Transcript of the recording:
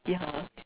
yeah